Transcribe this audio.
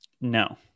no